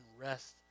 rest